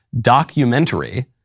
documentary